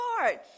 Lord